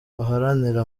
baharanira